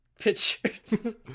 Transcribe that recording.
pictures